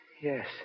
Yes